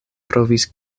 provis